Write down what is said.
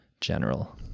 general